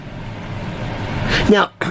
Now